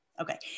Okay